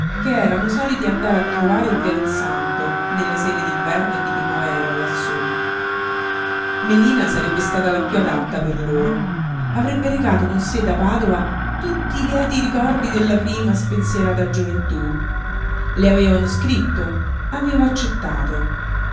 che erano soliti andar a trovare in via del santo nelle sere d'inverno e di primavera lassú melina sarebbe stata la piú adatta per loro avrebbe recato con sé da padova tutti i lieti ricordi della prima spensierata gioventú le avevano scritto aveva accettato